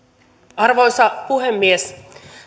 arvoisa puhemies